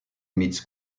meets